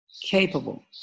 capable